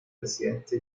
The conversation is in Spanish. presidente